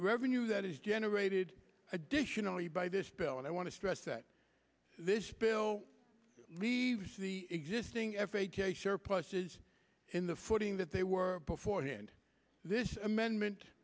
revenue that is generated additionally by this bill and i want to stress that this bill leaves the existing f h a share prices in the footing that they were beforehand this amendment